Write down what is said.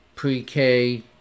pre-K